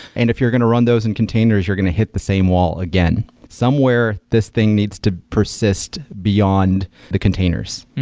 and if you're going to run those in containers, you're going to hit the same wall again. somewhere this thing needs to persist beyond the containers.